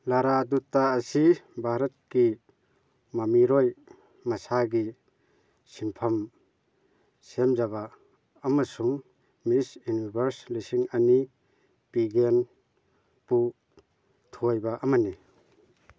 ꯂꯔꯥ ꯗꯨꯠꯇ ꯑꯁꯤ ꯚꯥꯔꯠꯀꯤ ꯃꯃꯤꯔꯣꯏ ꯃꯁꯥꯒꯤ ꯁꯤꯟꯐꯝ ꯁꯦꯝꯖꯕ ꯑꯃꯁꯨꯡ ꯃꯤꯁ ꯌꯨꯅꯤꯚꯔꯁ ꯂꯤꯁꯤꯡ ꯑꯅꯤ ꯄꯤꯒꯦꯟꯄꯨ ꯊꯣꯏꯕ ꯑꯃꯅꯤ